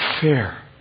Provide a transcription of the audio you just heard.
fair